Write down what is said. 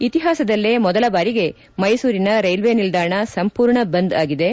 ಇತಿಹಾಸದಲ್ಲೇ ಮೊದಲ ಬಾರಿಗೆ ಮೈಸೂರಿನ ರೈಲ್ವೆ ನಿಲ್ದಾಣ ಸಂಪೂರ್ಣ ಬಂದ್ ಆಗಿದೆ